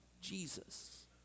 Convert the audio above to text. Jesus